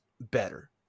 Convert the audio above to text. better